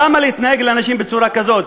למה, למה להתנהג לאנשים בצורה כזאת?